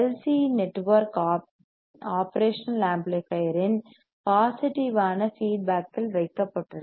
C network operational amplifier இன் பாசிடிவ்யான feedback இல் வைக்கப்பட்டுள்ளது